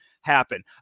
happen